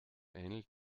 ähnelt